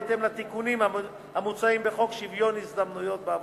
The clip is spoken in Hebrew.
בהתאם לתיקונים המוצעים בחוק שוויון ההזדמנויות בעבודה,